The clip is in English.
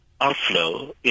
outflow